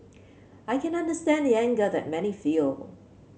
I can understand the anger that many feel